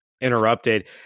interrupted